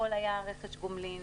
על הכול היה רכש גומלין,